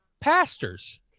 pastors